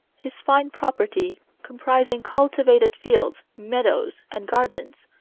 his fine property, comprising cultivated fields, meadows, and gardens,